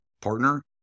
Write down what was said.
partner